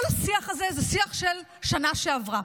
כל השיח הזה זה שיח של השנה שעברה.